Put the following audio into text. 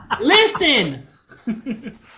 Listen